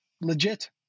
Legit